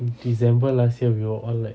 in december last year we were all like